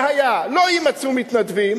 והיה, לא יימצאו מתנדבים,